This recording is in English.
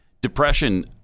depression